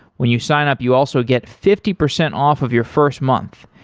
when you sign up, you also get fifty percent off of your first month.